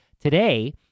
today